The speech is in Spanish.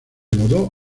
mudó